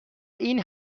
این